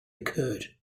occurred